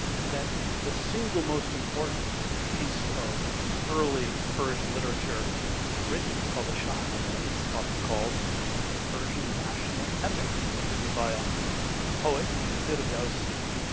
that the single most important piece of early persian literature is written. it's called the shahnameh, it's often called the persian national epic. written by ah a poet named ferdowsi